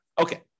Okay